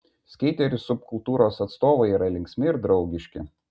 skeiterių subkultūros atstovai yra linksmi ir draugiški